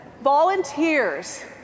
volunteers